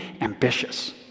ambitious